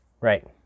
right